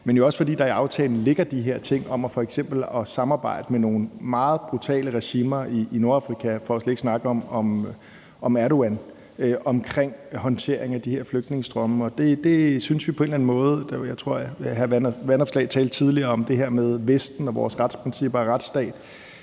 men jo også, fordi der i aftalen ligger de her ting om f.eks. at samarbejde med nogle meget brutale regimer i Nordafrika, for slet ikke at snakke om Erdogan, omkring håndteringen af de her flygtningestrømme. Hr. Alex Vanopslagh talte tidligere om det her med Vesten, vores retsprincipper og vores retsstat,